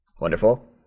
Wonderful